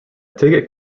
ticket